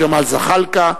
ג'מאל זחאלקה,